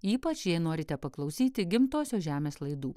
ypač jei norite paklausyti gimtosios žemės laidų